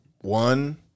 One